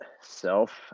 self